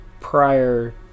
prior